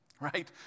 right